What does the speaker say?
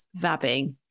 vabbing